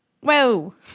whoa